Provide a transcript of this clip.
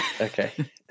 Okay